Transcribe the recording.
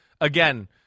again